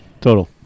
Total